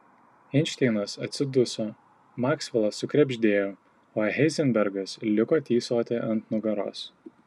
einšteinas atsiduso maksvelas sukrebždėjo o heizenbergas liko tysoti ant nugaros